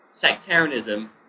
sectarianism